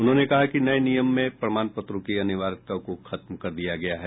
उन्होंने कहा कि नये नियम में प्रमाण पत्रों की अनिवार्यता को खत्म कर दिया गया है